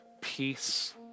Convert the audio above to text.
peace